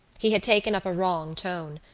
he had taken up a wrong tone.